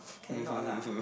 cannot lah